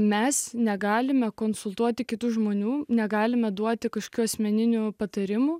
mes negalime konsultuoti kitų žmonių negalime duoti kažkokių asmeninių patarimų